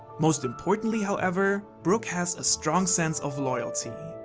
most importantly however, brook has a strong sense of loyalty.